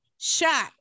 shot